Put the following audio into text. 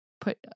put